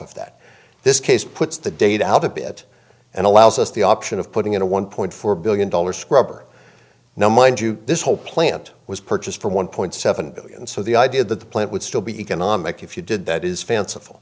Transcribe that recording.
off that this case puts the date out a bit and allows us the option of putting in a one point four billion dollars scrubber now mind you this whole plant was purchased from one point seven billion so the idea that the plant would still be economic if you did that is fanciful